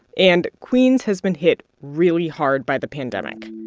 and queens has been hit really hard by the pandemic